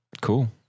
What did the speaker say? cool